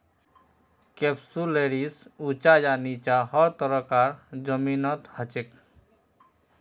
कैप्सुलैरिस ऊंचा या नीचा हर तरह कार जमीनत हछेक